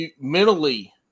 mentally